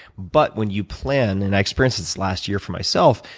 but when you plan, and i experienced this last year for myself,